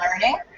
Learning